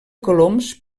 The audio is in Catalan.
coloms